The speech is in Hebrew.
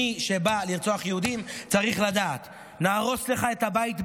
מי שבא לרצוח יהודים צריך לדעת: נהרוס לך את הבית בפיצוץ,